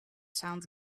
sounds